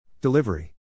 Delivery